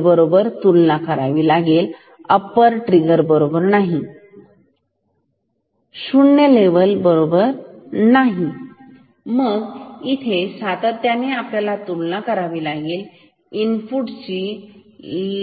बरोबर तुलना करावी लागेल ठीक